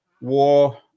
war